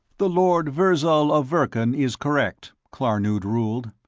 the lord virzal of verkan is correct, klarnood ruled.